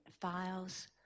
files